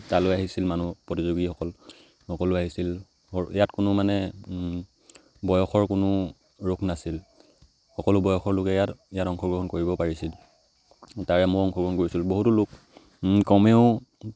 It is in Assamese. তালৈ আহিছিল মানুহ প্ৰতিযোগীসকল সকলো আহিছিল ইয়াত কোনো মানে বয়সৰ কোনো গ্ৰুপ নাছিল সকলো বয়সৰ লোকে ইয়াত ইয়াত অংশগ্ৰহণ কৰিব পাৰিছিল তাতে মও অংশগ্ৰহণ কৰিছিলোঁ বহুতো লোক কমেও